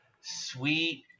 sweet